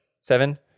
Seven